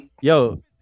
Yo